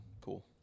cool